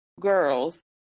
girls